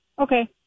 Okay